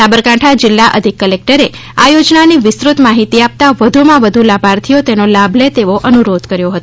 સાબરકાંઠા જિલ્લા અધિક કલેક્ટરે આ યોજનાની વિસ્તૃત માહિતી આપતા વધુમાં વધુ લાભાર્થીઓ તેનો લાભ લે તેવો અનુરોધ કર્યો હતો